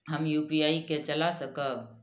हम यू.पी.आई के चला सकब?